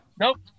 Nope